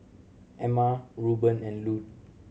Emma Reuben and Lute